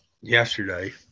yesterday